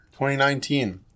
2019